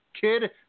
Kid